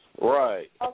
Right